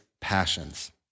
passions